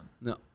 No